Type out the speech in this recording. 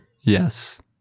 Yes